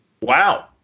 Wow